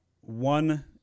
one